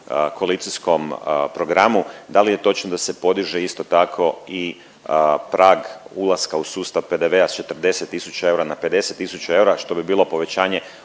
koalicijskom programu da li je točno da se podiže isto tako i prag ulaska u sustav PDV-a sa 40 000 eura na 50 000 eura što bi bilo povećanje